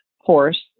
horse